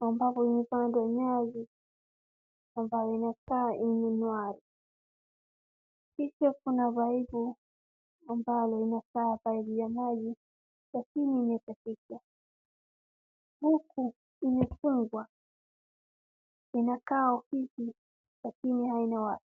ambapo umepandwa nyasi ambayo inakaa imeng'ara, kisha kuna paipu ambayo inakaa paipu ya maji laikini imekatika. Huu kumefungwa, inakaa ofisi lakini haina watu.